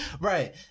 Right